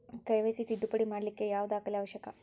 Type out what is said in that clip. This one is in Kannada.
ಕೆ.ವೈ.ಸಿ ತಿದ್ದುಪಡಿ ಮಾಡ್ಲಿಕ್ಕೆ ಯಾವ ದಾಖಲೆ ಅವಶ್ಯಕ?